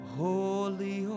holy